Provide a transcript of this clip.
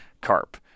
carp